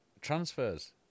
transfers